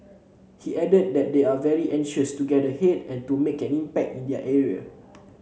he added that they are very anxious to get ahead and to make an impact in their area